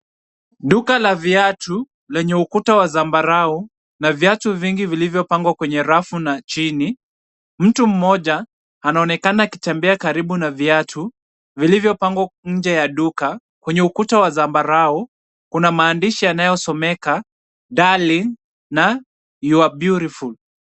Duka la viatu lenye ukuta wa zambarau na viatu vingi vilivyopangwa kwenye rafu na chini. Mtu mmoja anaonekana akitembea karibu na viatu vilivyopangwa nje ya duka. Kwenye ukuta wa zambarau, kuna maandishi yanayosomeka Darling na you are beautiful .